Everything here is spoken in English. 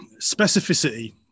specificity